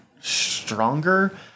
stronger